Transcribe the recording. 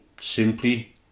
Simply